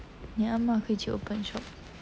你阿嫲可以去 open shop